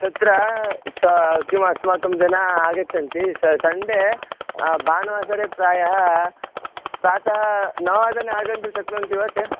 तत्र सा किम् अस्माकं जनाः आगच्छन्ति स सण्डे भानुवासरे प्रायः प्रातः नववादने आगन्तुं शक्नुवन्ति वा ते